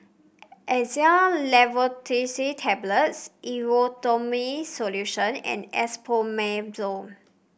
Xyzal Levocetirizine Tablets Erythroymycin Solution and Esomeprazole